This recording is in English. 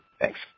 Thanks